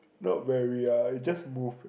not very ah it just move